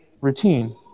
routine